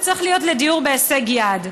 צריך להיות לדיור בהישג יד.